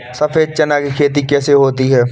सफेद चना की खेती कैसे होती है?